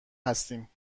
هستیم